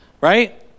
right